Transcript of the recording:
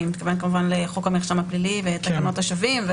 אני מתכוונת כמובן לחוק המרשם הפלילי ותקנת השבים,